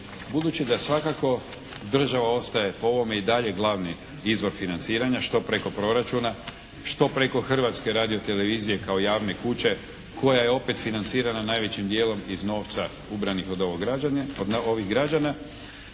Budući da svakako država ostaje po ovome i dalje glavni izvor financiranja što preko proračuna, što preko Hrvatske radiotelevizije kao javne kuće koja je opet financirana najvećim dijelom iz novca ubranih od ovih građana,